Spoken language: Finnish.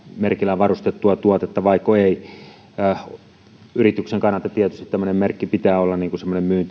merkillä varustettua tuotetta vaiko eivät yrityksen kannalta tämmöisen merkin pitää tietysti olla